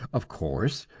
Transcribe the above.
of course,